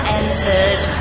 entered